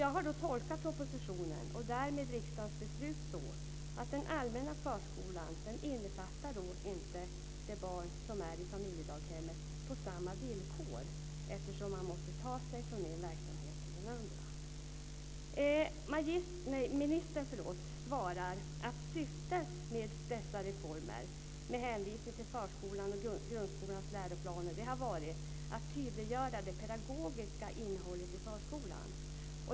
Jag har tolkat propositionen och riksdagens beslut så att den allmänna förskolan inte innefattar de barn som är i familjedaghem på samma villkor, eftersom man måste ta sig från en verksamhet till en annan. Ministern svarar med hänvisning till förskolans och grundskolans läroplaner att syftet med dessa reformer har varit att tydliggöra det pedagogiska innehållet i förskolan.